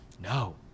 no